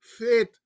faith